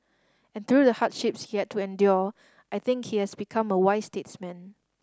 and through the hardship he had to endure I think he has become a wise statesman